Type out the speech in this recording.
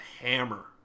hammer